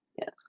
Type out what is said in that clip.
Yes